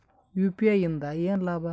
UPI ಇಂದ ಏನ್ ಲಾಭ?